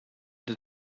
that